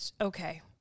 okay